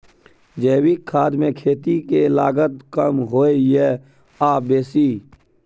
जैविक खाद मे खेती के लागत कम होय ये आ बेसी?